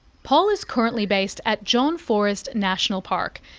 paul is currently based at john forest national park,